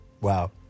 wow